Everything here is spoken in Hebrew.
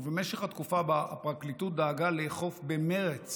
ובמשך התקופה שבה הפרקליטות דאגה לאכוף במרץ